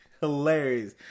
hilarious